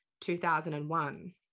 2001